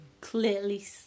clearly